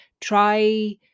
Try